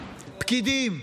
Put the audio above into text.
פקידים,